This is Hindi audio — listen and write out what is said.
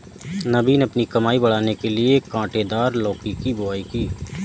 नवीन अपनी कमाई बढ़ाने के लिए कांटेदार लौकी की बुवाई की